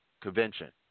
convention